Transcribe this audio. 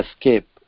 escape